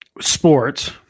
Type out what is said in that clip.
sports